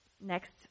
next